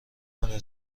امنه